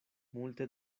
multe